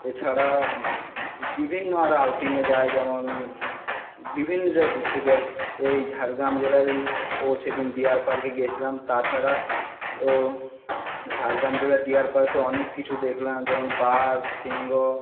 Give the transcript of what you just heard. এছাড়া বিভিন্ন আরো আউটিংয়ে যাই যেমন বিভিন্ন জায়গায় ঘুরতে যাই এই ঝাড়গ্রাম সেই দিন ডিয়ার পার্কে গেছছিলাম তাছাড়া ও ঝাড়গ্রাম জেলার ডিয়ার পার্কে অনেক কিছু দেখলাম যেমন বাঘ সিংহ